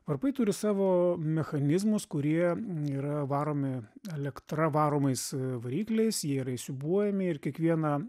varpai turi savo mechanizmus kurie yra varomi elektra varomais varikliais jie yra įsiūbuojami ir kiekvieną